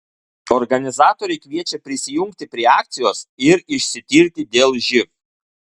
organizatoriai kviečia prisijungti prie akcijos ir išsitirti dėl živ